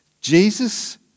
Jesus